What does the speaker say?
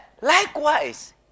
likewise